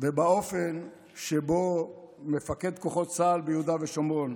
ובאופן שבו מפקד כוחות צה"ל ביהודה ושומרון,